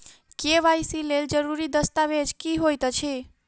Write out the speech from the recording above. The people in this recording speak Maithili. के.वाई.सी लेल जरूरी दस्तावेज की होइत अछि?